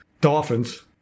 Dolphins